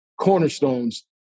cornerstones